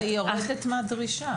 היא יורדת מהדרישה.